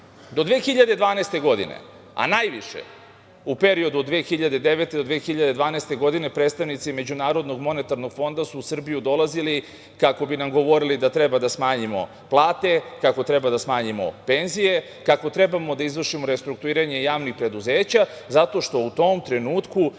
2012. godine, a najviše u periodu od 2009. do 2012. godine, predstavnici MMF-a su u Srbiju dolazili kako bi nam govorili da treba da smanjimo plate, kako treba da smanjimo penzije, kako treba da izvršimo restrukturiranje javnih preduzeća, zato što u tom trenutku